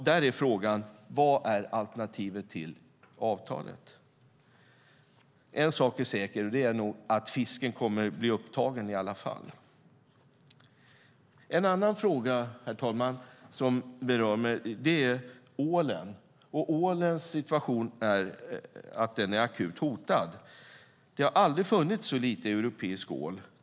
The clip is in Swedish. Där är frågan: Vad är alternativet till avtalet? En sak är nog säker, och det är att fisken lär blir upptagen i alla fall. En annan fråga som berör mig, herr talman, är den om ålen. Ålens situation är att den är akut hotad. Det har aldrig funnits så lite europeisk ål.